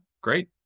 great